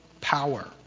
power